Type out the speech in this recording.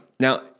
Now